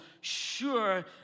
sure